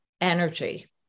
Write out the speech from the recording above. Energy